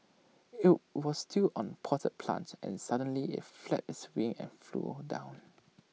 IT was still on potted plant and suddenly IT flapped its wings and flew down